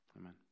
Amen